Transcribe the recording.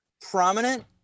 prominent